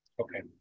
Okay